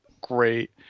great